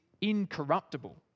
incorruptible